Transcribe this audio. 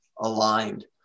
aligned